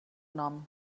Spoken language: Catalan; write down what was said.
nom